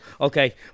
Okay